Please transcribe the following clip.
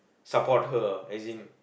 support her as in